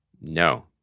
No